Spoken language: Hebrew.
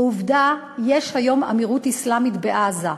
ועובדה, יש היום אמירוּת אסלאמית בעזה.